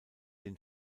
den